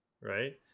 Right